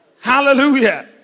Hallelujah